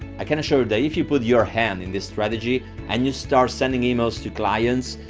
i can assure that if you put your head in this strategy and you start sending emails to clients,